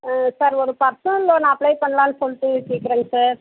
ஆ sir ஒரு personal loan apply பண்ணலான்னு சொல்லிட்டு கேட்கறேங்க சார்